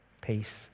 peace